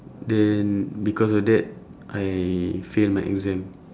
then because of that I fail my exam